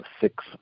six